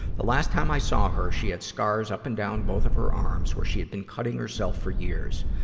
the last time i saw her, she had scars up and down both of her arms where she had been cutting herself for years.